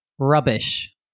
Rubbish